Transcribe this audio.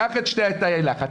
קח את שני תאי הלחץ,